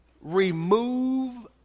Remove